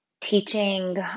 teaching